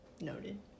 Noted